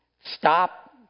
stop